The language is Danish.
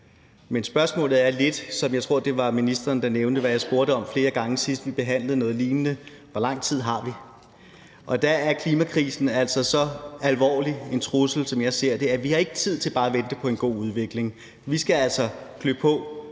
Men spørgsmålet er lidt – og jeg tror, det var ministeren, der nævnte det – hvad jeg spurgte om flere gange, sidst vi behandlede noget lignende: Hvor lang tid har vi? Der er klimakrisen altså så alvorlig en trussel, som jeg ser det, at vi ikke har tid til bare at vente på en god udvikling. Vi skal altså klø på,